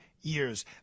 years